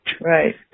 Right